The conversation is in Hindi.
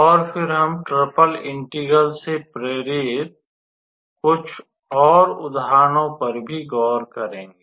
और फिर हम ट्रिपल इंटीग्रल से प्रेरित कुछ और उदाहरणों पर भी गौर करेंगे